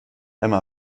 emma